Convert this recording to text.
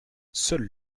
seul